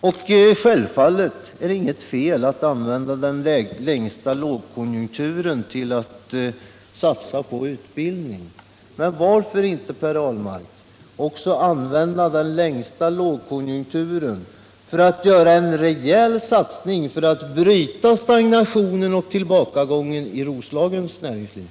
Det är självfallet inget fel att under den längsta lågkonjunkturen satsa på utbildning, men varför inte, Per Ahlmark, använda denna tid till att också göra en rejäl satsning för att bryta stagnationen och tillbakagången i Roslagens näringsliv?